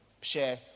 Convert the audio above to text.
share